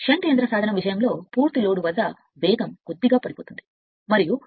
shunt యంత్ర సాధనము వేగం విషయంలో కొద్దిగా పడిపోతుంది మరియు పూర్తి లోడ్ అవుతుంది